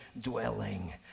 dwelling